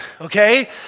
okay